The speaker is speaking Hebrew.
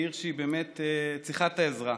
היא עיר שבאמת צריכה את העזרה,